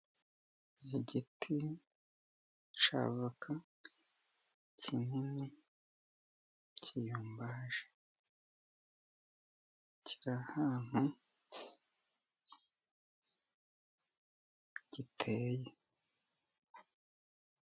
Igiti cya voka kinini kiyombaje. Kiri ahantu giteye.